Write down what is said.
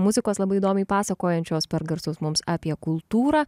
muzikos labai įdomiai pasakojančios per garsus mums apie kultūrą